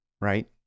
right